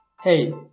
Hey